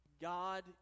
God